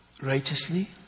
righteously